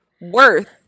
worth